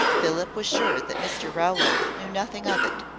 philip was sure that mr rowland knew nothing of it,